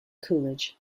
coolidge